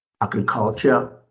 agriculture